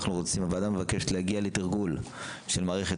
הוועדה מבקשת להגיע לתרגול של מערכת